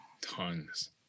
tons